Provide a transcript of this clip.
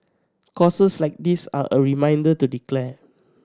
causes like this are a reminder to declare